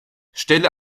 stelle